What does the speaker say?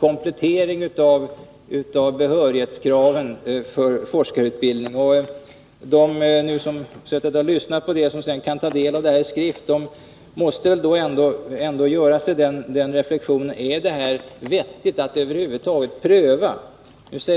komplettering av behörighetskraven för forskarutbildning, och de som lyssnat till oss eller senare tar del av det anförda i skrift måste ändå göra reflexionen: Är det vettigt att över huvud taget pröva detta?